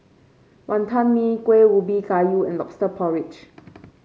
Wonton Mee Kueh Ubi Kayu and lobster porridge